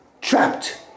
trapped